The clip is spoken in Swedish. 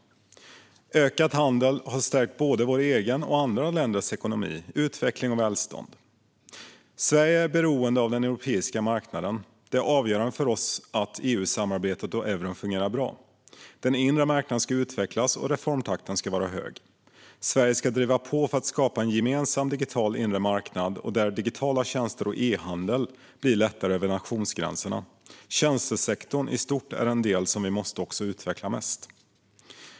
Ökad handel har stärkt både vår egen och andra länders ekonomi, utveckling och välstånd. Sverige är beroende av den europeiska marknaden. Det är avgörande för oss att EU-samarbetet och euron fungerar bra. Den inre marknaden ska utvecklas, och reformtakten ska vara hög. Sverige ska driva på för att skapa en gemensam digital inre marknad, där det blir lättare med digitala tjänster och e-handel över nationsgränserna. Tjänstesektorn i stort är den del som vi måste utveckla mest.